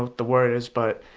ah the word is, but